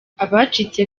abacitse